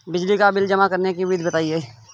बिजली का बिल जमा करने की विधि बताइए?